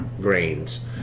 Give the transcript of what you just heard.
grains